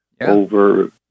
over